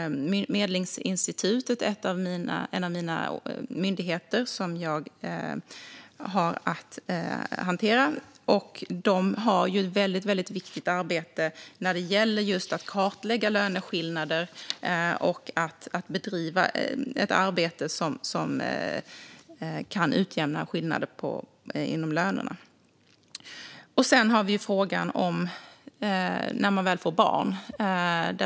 Medlingsinstitutet är en av de myndigheter som jag har att hantera, och de bedriver ett väldigt viktigt arbete när det gäller just att kartlägga löneskillnader så att skillnader inom lönerna kan utjämnas.